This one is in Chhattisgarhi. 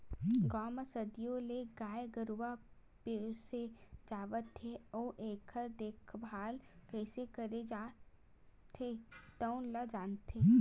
गाँव म सदियों ले गाय गरूवा पोसे जावत हे अउ एखर देखभाल कइसे करे जाथे तउन ल जानथे